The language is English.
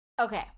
Okay